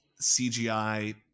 cgi